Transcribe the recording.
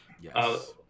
yes